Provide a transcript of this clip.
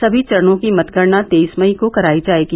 सभी चरणों की मतगणना तेईस मई को करायी जायेगी